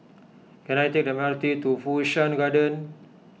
can I take the M R T to Fu Shan Garden